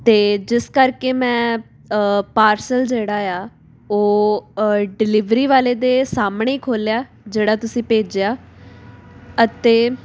ਅਤੇ ਜਿਸ ਕਰਕੇ ਮੈਂ ਪਾਰਸਲ ਜਿਹੜਾ ਆ ਉਹ ਡਿਲੀਵਰੀ ਵਾਲੇ ਦੇ ਸਾਹਮਣੇ ਹੀ ਖੋਲ੍ਹਿਆ ਜਿਹੜਾ ਤੁਸੀਂ ਭੇਜਿਆ ਅਤੇ